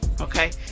okay